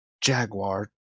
Jaguar